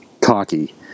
cocky